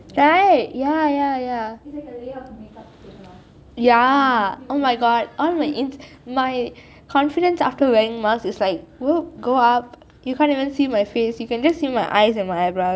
right ya ya ya ya oh my god all the insta my confidence after wearing mask is like will go up you can't even see my face you can just see my eyes and my eyebrows